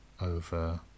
over